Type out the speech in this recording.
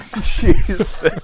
Jesus